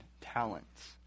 talents